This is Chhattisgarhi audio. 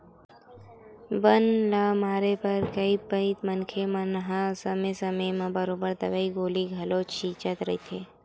बन ल मारे बर कई पइत मनखे मन हा समे समे म बरोबर दवई गोली घलो छिंचत रहिथे